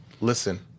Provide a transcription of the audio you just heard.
Listen